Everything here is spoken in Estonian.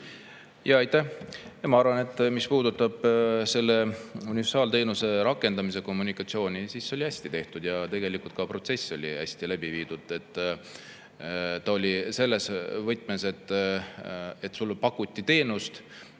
Ma arvan, et mis puudutab universaalteenuse rakendamise kommunikatsiooni, siis see oli hästi tehtud ja tegelikult ka protsess oli hästi läbi viidud. See oli selles võtmes, et sulle pakuti teenust